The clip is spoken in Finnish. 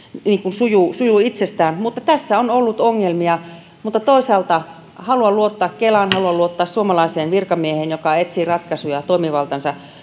sujuu sujuu itsestään mutta tässä on ollut ongelmia toisaalta haluan luottaa kelaan haluan luottaa suomalaiseen virkamieheen joka etsii ratkaisuja toimivaltansa